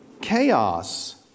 chaos